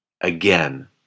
again